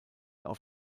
auf